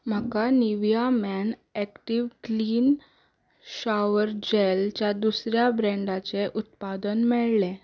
म्हाका Nivea men active clean shower जॅलच्या दुसऱ्या ब्रॅन्डाचें उत्पादन मेळ्ळें